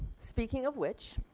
speaking of which